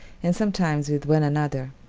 and sometimes with one another.